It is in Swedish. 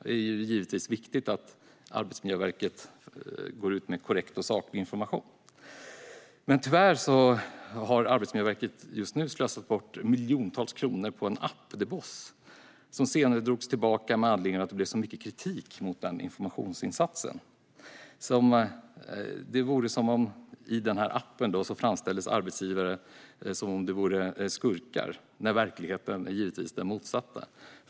Det är givetvis viktigt att Arbetsmiljöverket går ut med korrekt och saklig information. Men tyvärr har Arbetsmiljöverket just nu slösat bort miljoner kronor på en app som heter The boss. Den drogs senare tillbaka med anledning av att det blev så mycket kritik mot denna informationsinsats. I denna app framställdes arbetsgivare som skurkar, när verkligheten givetvis är den motsatta.